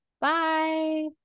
Bye